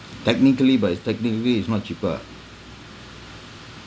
technically but it's technically it's not cheaper ah